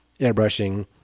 airbrushing